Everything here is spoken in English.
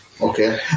Okay